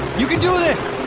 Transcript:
you can do this!